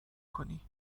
کنی